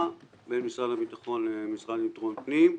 בין משרד הביטחון למשרד לביטחון פנים,